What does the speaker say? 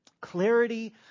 Clarity